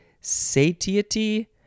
satiety